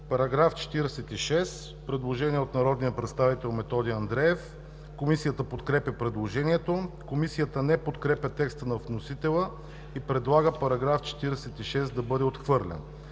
По § 56 има предложение от народния представител Методи Андреев. Комисията подкрепя предложението. Комисията не подкрепя текста на вносителя и предлага § 56 да бъде отхвърлен.